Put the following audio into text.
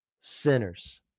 sinners